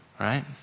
Right